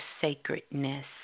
sacredness